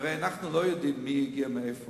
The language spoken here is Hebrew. הרי אנחנו לא יודעים מי הגיע מאיפה,